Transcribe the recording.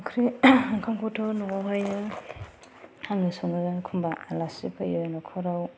ओंख्रि ओंखामखौथ' न'आवहायनो आङो सङो एखम्बा आलासि फैयो न'खराव